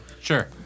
Sure